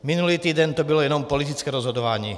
Minulý týden to bylo jenom politické rozhodování.